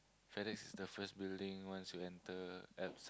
Fedex is the first building once you enter Alps